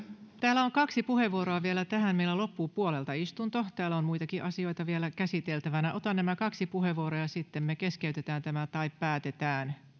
täällä on kaksi puheenvuoroa vielä tähän meillä loppuu puolelta istunto ja täällä on muitakin asioita vielä käsiteltävänä otan nämä kaksi puheenvuoroa ja sitten me keskeytämme tai